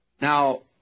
Now